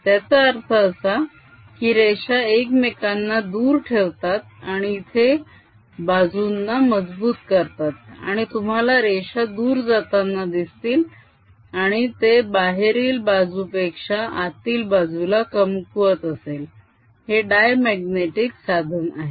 त्याचा अर्थ असा की रेषा एकमेकांना दूर ठेवतात आणि इथे बाजूंना मजबूत करतात आणि तुम्हाला रेषा दूर जातांना दिसतील आणि ते बाहेरील बाजू पेक्षा आतील बाजूला कमकुवत असेल हे डायमाग्नेटीक साधन आहे